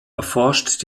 erforscht